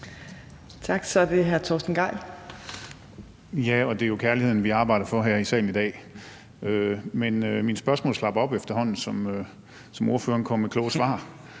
Gejl. Kl. 15:35 Torsten Gejl (ALT): Ja, og det er jo kærligheden, vi arbejder for her i salen i dag. Men mine spørgsmål slap op, efterhånden som ordføreren kom med kloge svar.